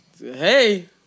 Hey